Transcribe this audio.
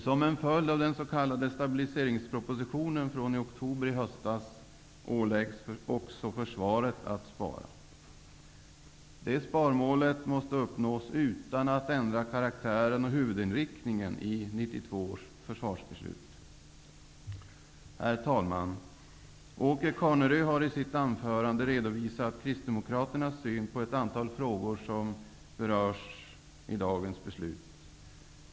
Som en följd av den s.k. stabiliseringspropositionen från oktober i höstas åläggs också försvaret att spara. Detta sparmål måste uppnås utan att karaktären och huvudinriktningen i 1992 års försvarsbeslut ändras. Herr talman! Åke Carnerö har i sitt anförande redovisat kristdemokraternas syn på ett antal frågor som berörs av dagens beslut.